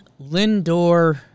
Lindor